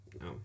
No